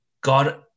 God